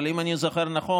אבל אם אני זוכר נכון,